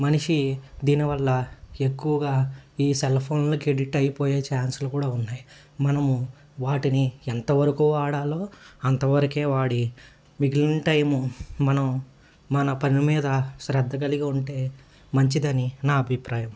మనిషి దీనివల్ల ఎక్కువగా ఈ సెల్ఫోన్లోకి ఎడిక్ట్ అయిపోయే ఛాన్సులు కూడా ఉన్నాయి మనము వాటిని ఎంతవరకు వాడాలో అంతవరకే వాడి మిగిలిన టైము మనం మన పని మీద శ్రద్ధ కలిగి ఉంటే మంచిదని నా అభిప్రాయం